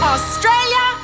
Australia